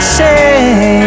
say